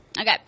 Okay